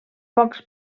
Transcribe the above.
pocs